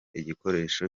igikoresho